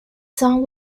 song